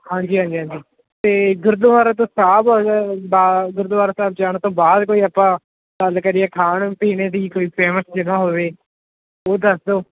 ਹਾਂਜੀ ਹਾਂਜੀ ਹਾਂਜੀ ਅਤੇ ਗੁਰਦੁਆਰਾ ਤੋਂ ਸਾਹਿਬ ਅਗਰ ਗੁਰਦੁਆਰਾ ਸਾਹਿਬ ਜਾਣ ਤੋਂ ਬਾਅਦ ਕੋਈ ਆਪਾਂ ਗੱਲ ਕਰੀਏ ਖਾਣ ਪੀਣੇ ਦੀ ਕੋਈ ਫੇਮਸ ਜਗ੍ਹਾ ਹੋਵੇ ਉਹ ਦੱਸ ਦਿਓ